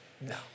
No